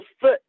foot